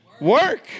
work